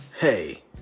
Hey